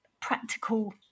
practical